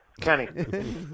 Kenny